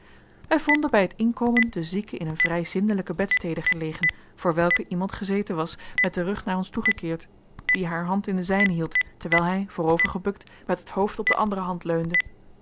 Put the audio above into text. wij vonden bij het inkomen de zieke in een vrij zindelijke bedstede gelegen voor welke iemand gezeten was met den rug naar ons toegekeerd die haar hand in de zijne hield terwijl hij voorovergebukt met het hoofd op de andere hand leunde